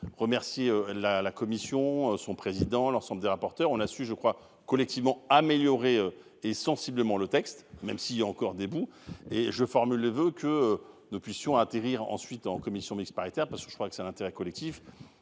remercier la la commission. Son président, l'ensemble des rapporteurs. On a su je crois collectivement. Et sensiblement le texte même si encore debout et je forme le voeu que nous puissions atterrir ensuite en commission mixte paritaire parce que je crois que c'est l'intérêt collectif